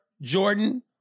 Jordan